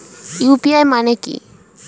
UPI মানে কি?